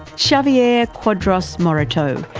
xavier cuadras-morato,